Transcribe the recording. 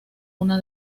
una